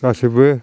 गासैबो